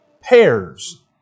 pairs